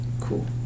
cool